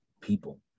people